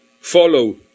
follow